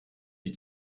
die